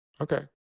Okay